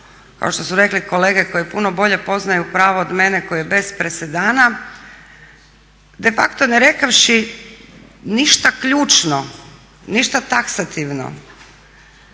kao što su rekli kolege koji puno bolje poznaju pravo od mene de facto ne rekavši ništa ključno, ništa taksativno